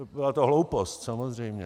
Byla to hloupost, samozřejmě.